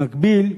במקביל,